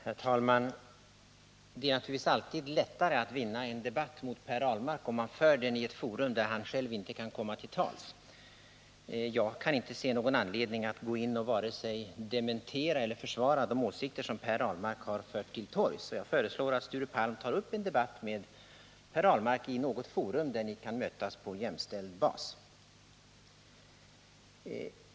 Herr talman! Det är naturligtvis alltid lättare att vinna en debatt mot Per Ahlmark om man för den i ett forum där han själv inte kan komma till tals. Jag kan inte se någon anledning att här vare sig dementera eller försvara de åsikter som Per Ahlmark har fört till torgs, och jag föreslår att Sture Palm tar upp en debatt med Per Ahlmark i något forum där ni kan mötas på jämställd bas.